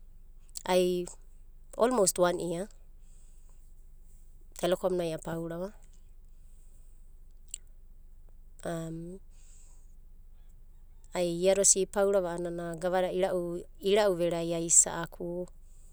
Ai olmous one a telekom nai apaurava. Ai iada osidi ipaurava a'ana gavada ira'uvere ai ae'adi ia eda inaina.